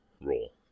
role